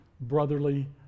brotherly